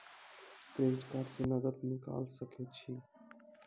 Credit card से नगद निकाल सके छी?